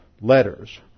letters